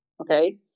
Okay